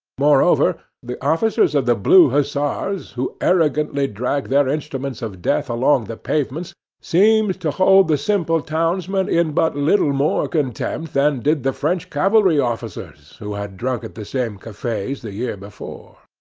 moreover, the officers of the blue hussars, who arrogantly dragged their instruments of death along the pavements, seemed to hold the simple townsmen in but little more contempt than did the french cavalry officers who had drunk at the same cafes the year before.